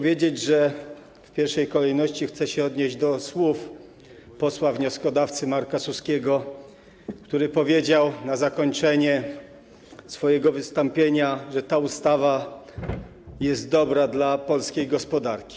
W pierwszej kolejności chcę się odnieść do słów posła wnioskodawcy Marka Suskiego, który powiedział na zakończenie swojego wystąpienia, że ta ustawa jest dobra dla polskiej gospodarki.